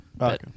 Okay